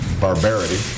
barbarity